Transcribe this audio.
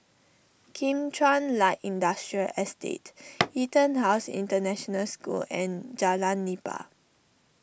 Kim Chuan Light Industrial Estate EtonHouse International School and Jalan Nipah